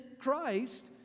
Christ